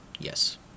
yes